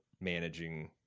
managing